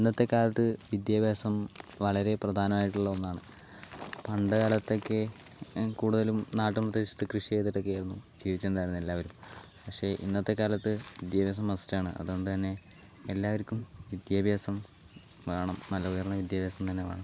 ഇന്നത്തെ കാലത്ത് വിദ്യാഭ്യാസം വളരെ പ്രധാനമായിട്ടുള്ള ഒന്നാണ് പണ്ടുകാലത്തൊക്കെ കൂടുതലും നാട്ടും പ്രദേശത്ത് കൃഷി ചെയ്തിട്ടൊക്കേ ആയിരുന്നു ജീവിച്ചിട്ടുണ്ടായിരുന്നത് എല്ലാവരും പക്ഷേ ഇന്നത്തെ കാലത്ത് വിദ്യാഭ്യാസം മസ്റ്റ് ആണ് അതുകൊണ്ടുതന്നെ എല്ലാവർക്കും വിദ്യാഭ്യാസം വേണം നല്ല ഉയർന്ന വിദ്യാഭ്യാസം തന്നെ വേണം